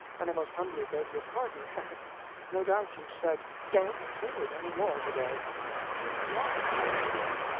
and i most humbly beg your pardon no doubt you said, don't sing it any more to-day sing what any more to-day?